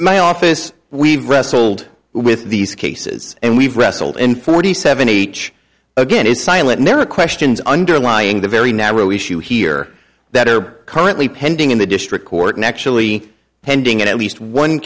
my office we've wrestled with these cases and we've wrestled in forty seven each again is silent there are questions underlying the very narrow issue here that are currently pending in the district court and actually pending at least one